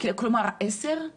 כלומר עשרה ימים.